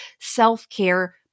self-care